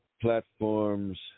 platforms